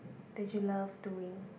that you love doing